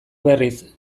berriz